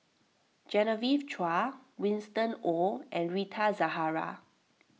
Genevieve Chua Winston Oh and Rita Zahara